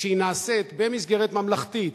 כשהיא נעשית במסגרת ממלכתית,